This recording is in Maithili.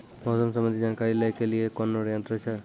मौसम संबंधी जानकारी ले के लिए कोनोर यन्त्र छ?